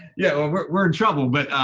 yeah, well we're, we're in trouble. but,